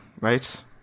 right